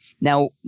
Now